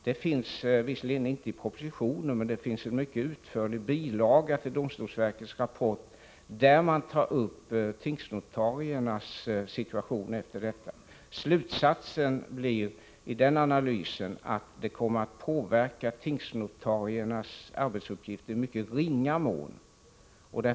Det står visserligen inget om det i propositionen, men det finns en mycket utförlig bilaga till domstolsverkets rapport där tingsnotariernas situation beskrivs. Slutsatsen i den analysen är att denna delegering av beslutsrätten kommer att påverka tingsnotariernas arbete i mycket ringa mån.